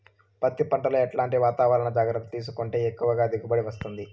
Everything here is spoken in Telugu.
పత్తి పంట లో ఎట్లాంటి వాతావరణ జాగ్రత్తలు తీసుకుంటే ఎక్కువగా దిగుబడి వస్తుంది?